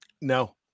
No